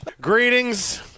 Greetings